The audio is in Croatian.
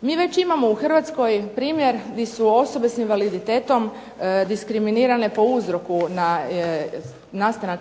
Mi već imamo u Hrvatskoj primjer di su osobe s invaliditetom diskriminirane po uzroku na nastanak